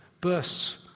bursts